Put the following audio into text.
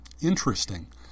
interesting